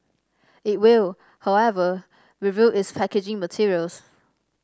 it will however review its packaging materials